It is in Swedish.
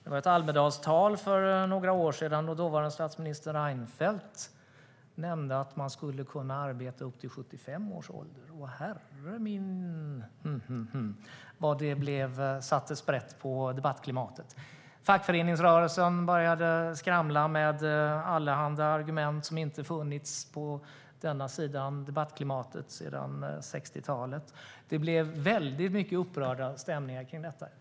I ett Almedalstal för några år sedan nämnde dåvarande statsminister Reinfeldt att man skulle kunna arbeta upp till 75 års ålder, och herre vad det satte sprätt på debattklimatet! Fackföreningsrörelsen började skramla med allehanda argument som inte funnits på denna sida debattklimatet sedan 1960-talet. Det blev väldigt mycket upprörda stämningar kring detta.